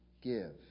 give